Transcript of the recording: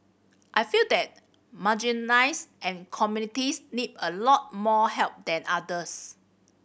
I feel that marginalize and communities need a lot more help than others